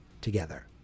together